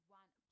one